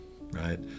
right